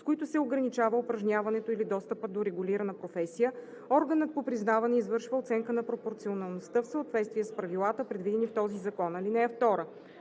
с които се ограничава упражняването или достъпът до регулирана професия, органът по признаване извършва оценка на пропорционалността в съответствие с правилата, предвидени в този закон. (2)